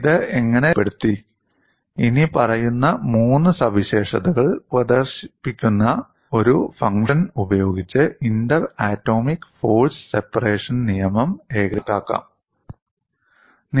ഇത് എങ്ങനെ രൂപപ്പെടുത്തി ഇനിപ്പറയുന്ന മൂന്ന് സവിശേഷതകൾ പ്രദർശിപ്പിക്കുന്ന ഒരു ഫംഗ്ഷൻ ഉപയോഗിച്ച് ഇന്റർ ആറ്റോമിക് ഫോഴ്സ് സെപ്പറേഷൻ നിയമം ഏകദേശം കണക്കാക്കാം